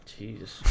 jeez